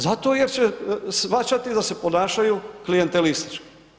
Zato jer će shvaćati da se ponašaju klijentelistički.